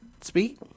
Speak